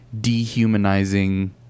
dehumanizing